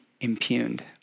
impugned